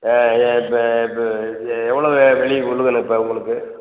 ஆ இப்போ இப் இப் எவ்வளோ வெளி உழுகணும் இப்போ உங்களுக்கு